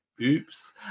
oops